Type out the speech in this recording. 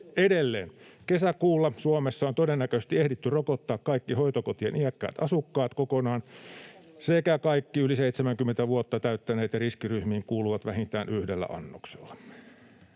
Edelleen kesäkuulla Suomessa on todennäköisesti ehditty rokottaa kaikki hoitokotien iäkkäät asukkaat kokonaan sekä kaikki 70 vuotta täyttäneet ja riskiryhmiin kuuluvat vähintään yhdellä annoksella.